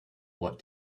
what